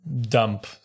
dump